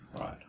right